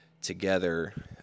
together